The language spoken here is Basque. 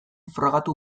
frogatu